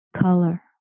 color